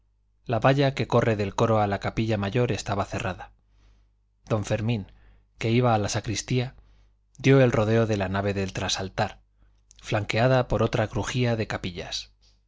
la valla que corre del coro a la capilla mayor estaba cerrada don fermín que iba a la sacristía dio el rodeo de la nave del trasaltar flanqueada por otra crujía de capillas